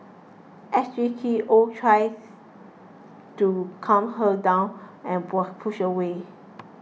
S G T oh tries to calm her down and was pushed away